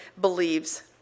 believes